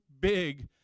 big